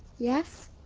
yes?